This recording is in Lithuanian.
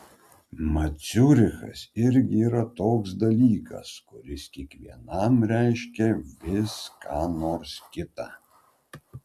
mat ciurichas irgi yra toks dalykas kuris kiekvienam reiškia vis ką nors kita